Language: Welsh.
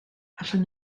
allwn